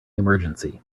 emergency